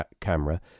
camera